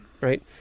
Right